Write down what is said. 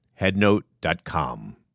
headnote.com